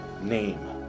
name